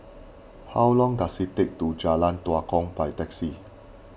how long does it take to Jalan Tua Kong by taxi